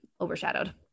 overshadowed